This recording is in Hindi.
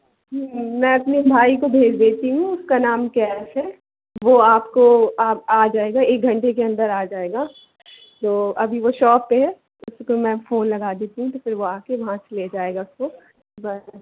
हाँ मैं अपने भाई को भेज देती हूँ उसका नाम कैफ है वो आपको आप आ जाएगा एक घंटे के अंदर आ जाएगा तो अभी वो शॉप पे है तो मैं फोन लगा देती हूँ तो फिर वो आ के वहाँ से ले जाएगा उसको